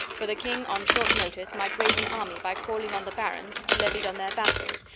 for the king on short notice might raise an army by calling on the barons, who levied on their vassals,